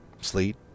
sleet